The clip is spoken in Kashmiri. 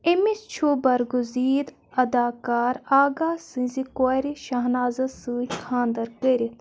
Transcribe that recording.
أمِس چھُ برگُزیٖدٕ اداکار آغاہ سٕنٛزِ کورِ شہنازَس سۭتۍ خانٛدَر کٔرِتھ